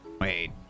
Wait